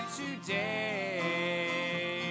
today